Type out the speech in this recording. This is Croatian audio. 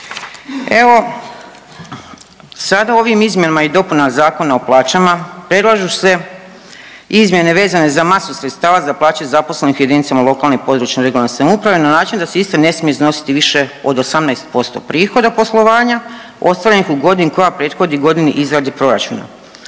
Evo, sada u ovim izmjenama i dopunama zakona o plaćama predlažu se izmjene vezano za masu sredstava za plaće zaposlenih u jedinicama lokalne i područne (regionalne) samouprave na način da se isto ne smije iznositi više od 18% prihoda poslovanja, ostvarenih u godini koja prethodi godini izradi proračuna.